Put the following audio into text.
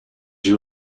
you